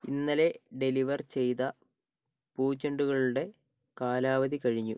ഇന്നലെ ഡെലിവർ ചെയ്ത പൂച്ചെണ്ടുകളുടെ കാലാവധി കഴിഞ്ഞു